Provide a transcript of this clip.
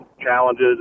challenges